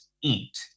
eat